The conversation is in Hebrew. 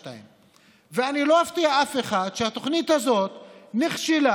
ואני לא אפתיע אף אחד שהתוכנית הזאת נכשלה